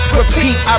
Repeat